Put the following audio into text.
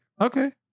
okay